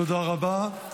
תודה רבה.